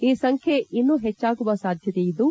ಈ ಸಂಖ್ಯೆ ಇನ್ನೂ ಹೆಚ್ಚಾಗುವ ಸಾಧ್ಯತೆಯಿದ್ದು